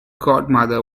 godmother